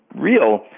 real